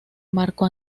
marco